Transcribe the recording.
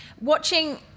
watching